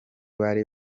bari